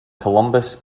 columbus